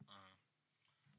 (uh huh)